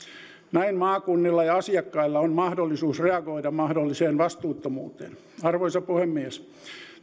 näin maakunnilla ja asiakkailla on mahdollisuus reagoida mahdolliseen vastuuttomuuteen arvoisa puhemies